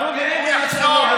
גם רובי ריבלין היה לא בסדר.